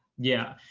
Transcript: yeah,